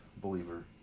believer